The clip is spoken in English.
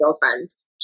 girlfriends